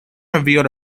revealed